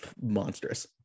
monstrous